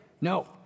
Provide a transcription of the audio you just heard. No